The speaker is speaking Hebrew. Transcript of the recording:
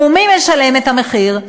ומי משלם את המחיר?